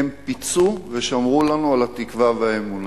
הם פיצו ושמרו לנו על התקווה והאמונה.